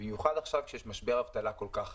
במיוחד עכשיו כשיש משבר אבטלה כל כך חריף.